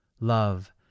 Love